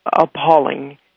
appalling